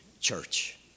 church